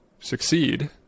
succeed